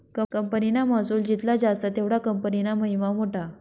कंपनीना महसुल जित्ला जास्त तेवढा कंपनीना महिमा मोठा